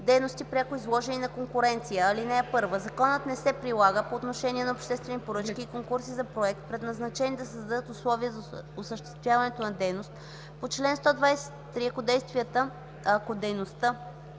„Дейности, пряко изложени на конкуренция Чл. 130. (1) Законът не се прилага по отношение на обществени поръчки и конкурси за проект, предназначени да създадат условия за осъществяването на дейност по чл. 123, ако дейността